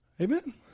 Amen